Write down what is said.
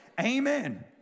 Amen